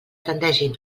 tendeixin